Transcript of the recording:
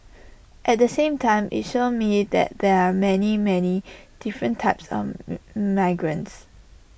at the same time IT showed me that there are many many different types of migrants